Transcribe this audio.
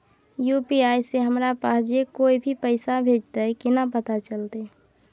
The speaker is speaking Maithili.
यु.पी.आई से हमरा पास जे कोय भी पैसा भेजतय केना पता चलते?